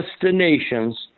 destinations